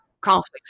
conflicts